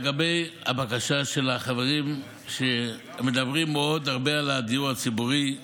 לגבי הבקשה של החברים שמדברים הרבה מאוד על הדיור הציבורי: